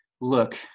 look